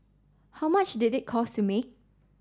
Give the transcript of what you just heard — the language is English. how much did it cost to make